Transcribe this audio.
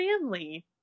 family